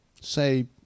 say